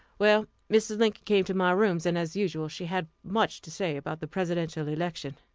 well, mrs. lincoln came to my rooms, and, as usual, she had much to say about the presidential election.